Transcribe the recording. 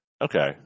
Okay